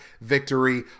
victory